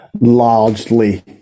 largely